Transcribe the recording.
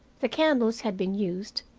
the candles had been used,